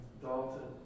dalton